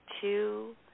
two